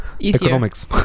economics